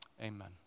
Amen